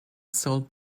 sole